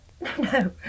No